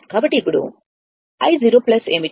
కాబట్టి అప్పుడు i 0ఏమిటి